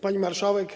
Pani Marszałek!